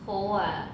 头 ah